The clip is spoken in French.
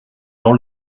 dans